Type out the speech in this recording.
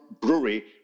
Brewery